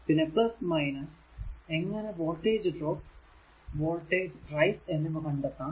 പിന്നെ എങ്ങനെ voltage drop voltage rise എന്നിവ കണ്ടെത്താം